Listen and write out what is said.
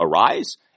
arise